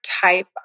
type